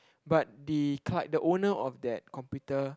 but the clie~ the owner of that computer